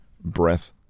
breath